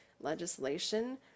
legislation